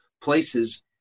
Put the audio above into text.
places